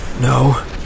no